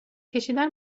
کشیدن